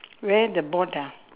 where the board ah